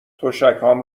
تشکهام